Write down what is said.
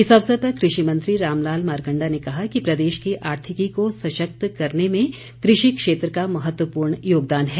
इस अवसर पर कृषि मंत्री रामलाल मारकंडा ने कहा कि प्रदेश की आर्थिकी को सशक्त करने में कृषि क्षेत्र का महत्वपूर्ण योगदान है